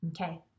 Okay